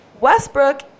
Westbrook